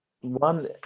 One